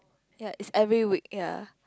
ya it's every week ya